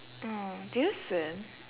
oh do you swim